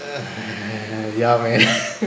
ya man